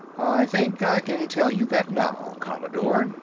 i think i can tell you that, now, commodore,